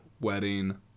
wedding